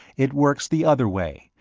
it works the other way,